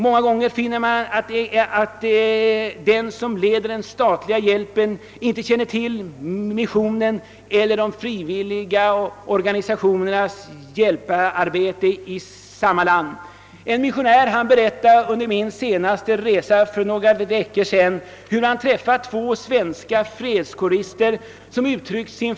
Många gånger finner man att den som leder den statliga hjälpen inte känner till missionens eller de frivilliga organisationernas hjälparbete i samma land. Under min senaste resa för några veckor sedan berättade en missionär för mig, att han träffat två svenska fredskårister, som uttryckt sin.